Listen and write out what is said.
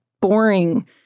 boring